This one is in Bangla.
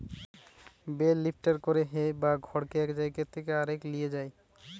বেল লিফ্টারে করে হে বা খড়কে এক জায়গা থেকে আরেক লিয়ে যায়